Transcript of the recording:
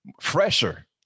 fresher